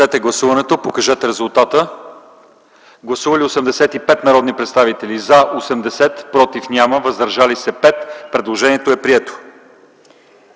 Предложението е прието.